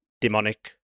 demonic